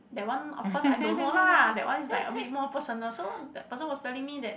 that one of course I don't know lah that one is like a bit more personal so that person was telling me that